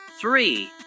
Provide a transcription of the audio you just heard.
three